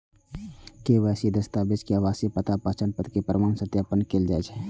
KYC दस्तावेज मे आवासीय पता, पहचान पत्र के प्रमाण के सत्यापन कैल जाइ छै